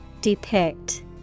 Depict